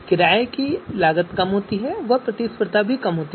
किराये की लागत कम हो सकती है और प्रतिस्पर्धा भी कम हो सकती है